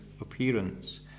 appearance